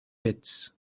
pits